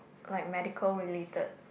like medical related